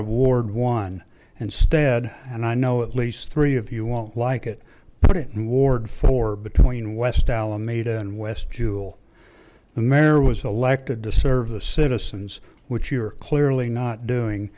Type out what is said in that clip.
of ward one and stead and i know at least three of you won't like it put it in ward four between west alameda and west jewel the mare was elected to serve the citizens which you're clearly not doing